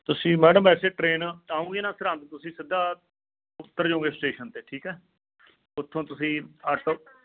ਤੁਸੀਂ ਮੈਡਮ ਵੈਸੇ ਟਰੇਨ ਆਊਂਗੇ ਨਾ ਸਰਹੰਦ ਤੁਸੀਂ ਸਿੱਧਾ ਉੱਤਰ ਜੋਂਗੇ ਸਟੇਸ਼ਨ 'ਤੇ ਠੀਕ ਆ ਉਥੋਂ ਤੁਸੀਂ ਫਾਟਕ